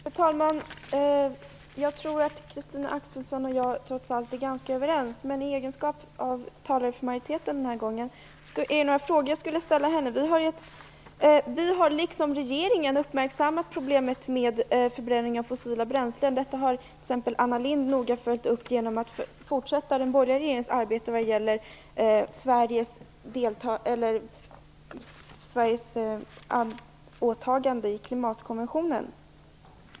Fru talman! Jag tror att Christina Axelsson och jag trots allt är överens. Men eftersom hon den här gången talar som företrädare för majoriteten skulle jag vilja ställa några frågor till henne. Vi har liksom regeringen uppmärksammat problemet med förbränning av fossila bränslen. Detta har t.ex. Anna Lindh noga följt upp genom att fortsätta den borgerliga regeringens arbete vad gäller Sveriges åtagande med anledning av klimatkonventionen.